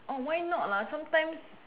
why not sometimes